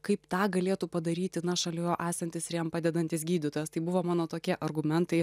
kaip tą galėtų padaryti na šalia jo esantis ir jam padedantis gydytojas tai buvo mano tokie argumentai